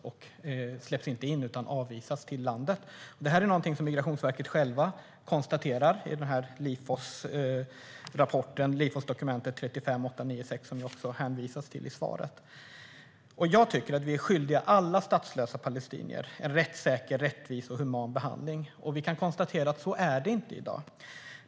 De släpps inte in i landet utan skickas tillbaka. Detta är något som Migrationsverket självt konstaterar i Lifosdokumentet 35896, som det också hänvisas till i svaret. Vi är skyldiga alla statslösa palestinier en rättssäker, rättvis och human behandling. Så är det inte i dag.